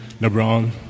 LeBron